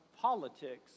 politics